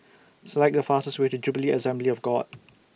Select The fastest Way to Jubilee Assembly of God